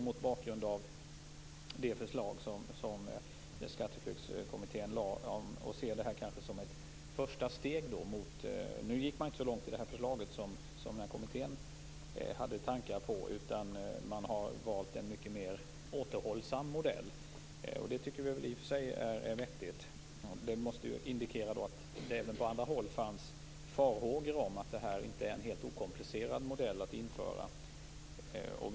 Mot bakgrund av det av Skatteflyktskommittén framlagda förslaget ser vi detta som ett första steg. Man gick inte så långt som kommittén hade tänkt sig utan valde en mycket mer återhållsam modell, och detta tycker vi är vettigt. Det indikerar att det även på andra håll funnits farhågor om att det inte är helt okomplicerat att genomföra kommitténs modell.